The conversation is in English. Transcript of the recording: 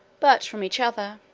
but from each other.